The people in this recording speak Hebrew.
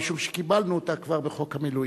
משום שקיבלנו אותה כבר בחוק המילואים.